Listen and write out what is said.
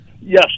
yes